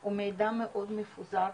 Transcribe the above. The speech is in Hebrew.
הוא מידע מאוד מפוזר,